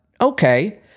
okay